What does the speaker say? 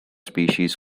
species